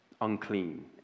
unclean